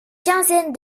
quinzaine